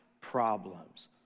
problems